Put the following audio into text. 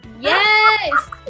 Yes